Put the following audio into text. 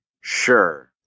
sure